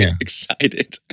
excited